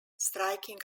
striking